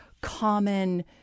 common –